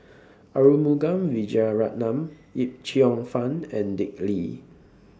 Arumugam Vijiaratnam Yip Cheong Fun and Dick Lee